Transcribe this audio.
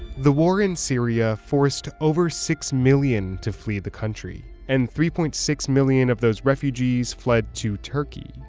the war in syria forced over six million to flee the country. and three point six million of those refugees fled to turkey,